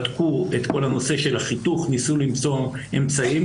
בדקו את כל הנושא של החיתוך, ניסו למצוא אמצעים.